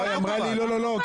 לא, אני רק מוחה.